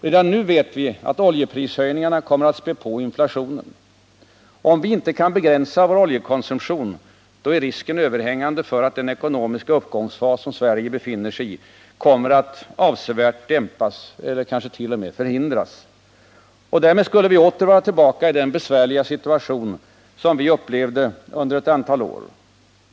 Redan nu vet vi att oljeprishöjningarna kommer att spä på inflationen. Om vi inte kan begränsa vår oljekonsumtion är risken överhängande för att den ekonomiska uppgångsfas som Sverige befinner sig i kommer att avsevärt dämpas eller t.o.m. förhindras. Vi skulle därmed åter vara tillbaka i den besvärliga situation som vi upplevde under ett antal år.